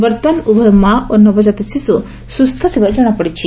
ବର୍ତ୍ତମାନ ଉଭୟ ମା ଓ ନବଜାତ ଶିଶୁ ସୁସ୍ଥ ଥିବା ଜଣାପଡ଼ିଛି